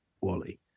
Wally